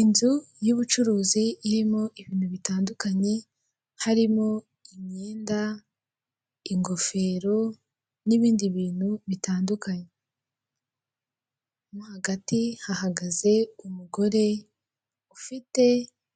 Inzu y'ubucuruzi irimo ibintu bitandukanye harimo imyenda, ingofero n'ibindi bintu bitandukanye. Mo hagati hahagaze umugore ufite